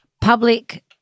Public